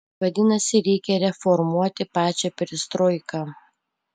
vadinasi reikia reformuoti pačią perestroiką